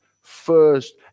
first